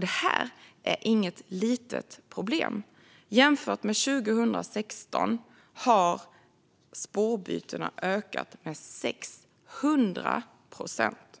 Detta är inget litet problem - jämfört med 2016 har spårbytena ökat med 600 procent.